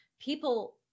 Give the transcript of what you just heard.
people